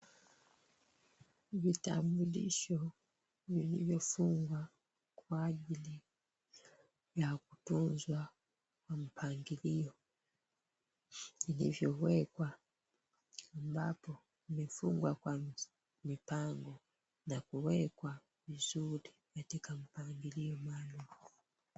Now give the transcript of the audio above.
Vitambulisho vilivyofungwa kwa ajili ya kutozwa kwa mpangilio vilivyowekwa ambapo vimefungwa kwa mipango na kuwekwa vizuri katika mpangilio maalum.